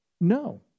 No